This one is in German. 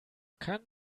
kann